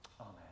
Amen